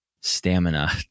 stamina